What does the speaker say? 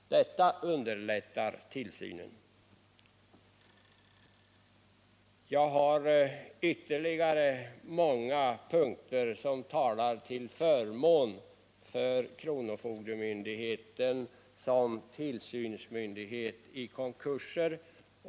Detta underlättar tillsynen. Jag har ytterligare många punkter som talar till förmån för kronofogdemyndigheten som tillsynsmyndighet i konkurser.